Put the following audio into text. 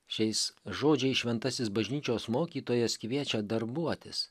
šiais žodžiais šventasis bažnyčios mokytojas kviečia darbuotis